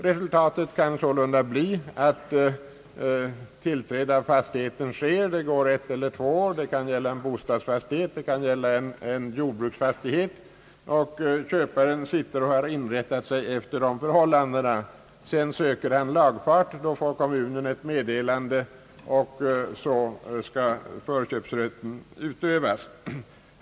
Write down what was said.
Resultatet kan således bli att tillträde av fastigheten skett — det kan gälla en bostadsfastighet eller en jordbruksfastighet — långt innan lagfart sökts. Ett eller två år har gått, och köparen har inrättat sig därefter. Då lagfart slutligen söks får kommunen ett meddelande från inskrivningsdomaren, och så kan förköpsrätten utövas.